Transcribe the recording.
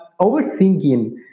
Overthinking